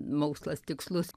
mokslas tikslus